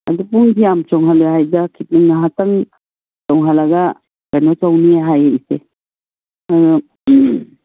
ꯑꯗꯣ ꯄꯨꯡꯁꯦ ꯌꯥꯝ ꯆꯣꯡꯍꯜꯂꯦ ꯍꯥꯏꯗ ꯉꯍꯥꯛꯇꯪ ꯆꯣꯡꯍꯜꯂꯒ ꯀꯩꯅꯣ ꯇꯧꯅꯤ ꯍꯥꯏꯌꯦ ꯏꯆꯦ ꯑꯥ